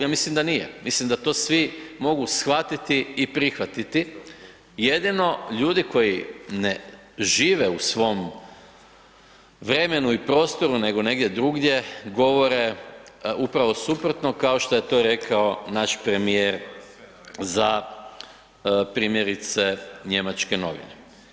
Ja mislim da nije, mislim da to svi mogu shvatiti i prihvatiti, jedino ljudi koji ne žive u svom vremenu i prostoru nego negdje drugdje govore upravo suprotno kao što je to rekao naš premijer za primjerice njemačke novine.